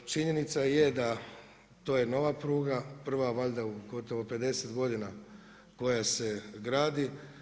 Činjenica je da je to nova pruga, prva valjda u gotovo 50 godina koja se gradi.